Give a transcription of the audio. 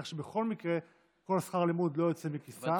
כך שבכל מקרה כל שכר הלימוד לא יוצא מכיסם.